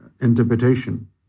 interpretation